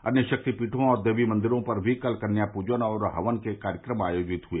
अन्य शक्तिपीठों और देवी मंदिरों पर भी कल कन्या पूजन और हवन के कार्यक्रम आयोजित हुए